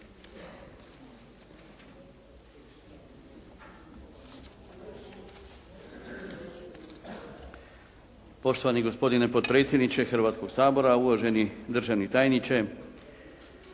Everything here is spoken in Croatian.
Poštovani gospodine potpredsjedniče Hrvatskoga sabora, uvaženi državni tajniče.